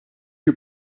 you